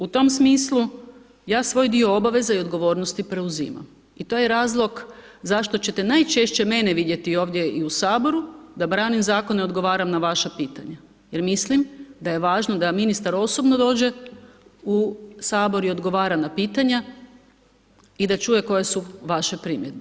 U tom smislu, ja svoj dio obaveza i odgovornosti preuzimam, i to je razlog zašto ćete najčešće mene vidjeti ovdje i u Saboru da branim zakone i odgovaram na vaša pitanja jer mislim da je važno da ministar osobno dođe u Sabor i odgovara na pitanja i da čuje koje su vaše primjedbe.